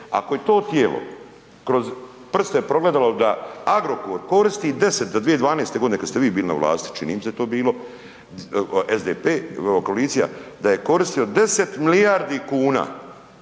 ako je to tijelo kroz prste progledalo da Agrokor koristi 10 do 2012.g. kad ste vi bili na vlasti čini mi se da je to bilo, SDP koalicija, da je koristio 10 milijardi kuna